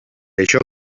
això